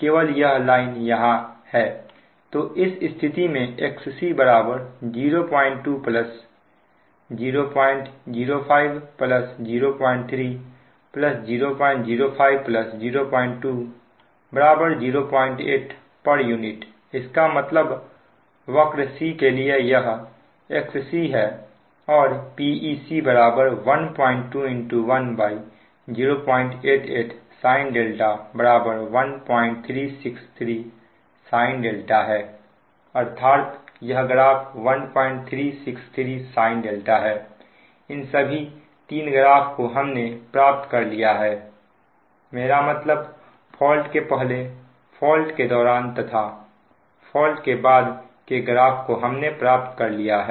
केवल यह लाइन यहां है तो इस स्थिति में XC 02 005 03 005 02 08 pu इसका मतलब वक्र C के लिए यह XC है और PeC 121088 sin 1363 sin है अर्थात यह ग्राफ 1363 sin δ है इन सभी तीन ग्राफ को हमने प्राप्त कर लिया है मेरा मतलब फॉल्ट के पहले फॉल्ट के दौरान तथा फॉल्ट के बाद के ग्राफ को हमने प्राप्त कर लिया है